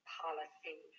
policy